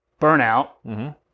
burnout